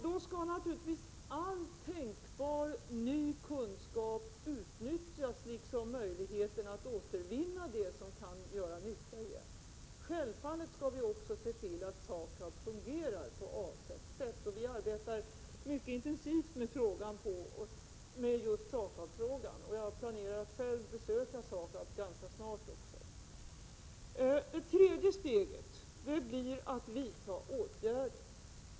Då skall naturligtvis all tänkbar ny kunskap utnyttjas liksom möjligheten att återvinna det som kan göra nytta igen. Självfallet skall vi också se till att SAKAB fungerar på avsett sätt. Vi arbetar mycket intensivt med just SAKAB-frågan, och jag planerar att själv besöka SAKAB ganska snart. Det tredje steget blir att vidta åtgärder.